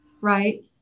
right